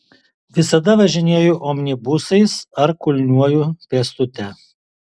visada važinėju omnibusais ar kulniuoju pėstute